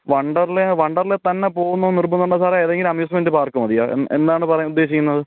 വണ്ടർലേ വണ്ടർലെത്തന്നെ പോകണം എന്നു നിർബദ്ധമുണ്ടോ സാറേ ഏതെങ്കിലും അമ്യൂസ്മെൻറ് പാർക്ക് മതിയോ എ എന്നാണ് സാറേ ഉദ്ദേശിക്കുന്നത്